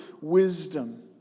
wisdom